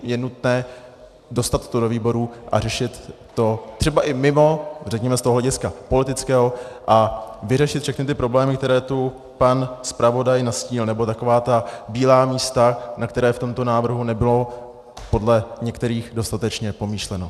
Je nutné dostat to do výborů a řešit to třeba i mimo řekněme z toho hlediska politického a vyřešit všechny ty problémy, které tu pan zpravodaj nastínil, nebo taková ta bílá místa, na která v tomto návrhu nebylo podle některých dostatečně pomýšleno.